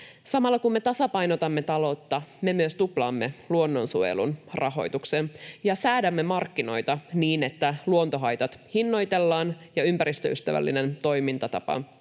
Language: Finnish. Samalla, kun me tasapainotamme taloutta, me myös tuplaamme luonnonsuojelun rahoituksen ja säädämme markkinoita niin, että luontohaitat hinnoitellaan ja ympäristöystävällinen toimintatapa tulee